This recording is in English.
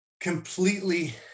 completely